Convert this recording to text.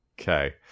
Okay